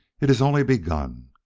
it is only begun!